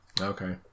Okay